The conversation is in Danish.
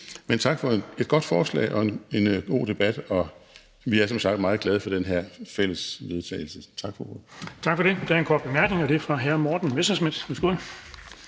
her. Tak for et godt forslag og en god debat, og vi er som sagt meget glade for det her fælles forslag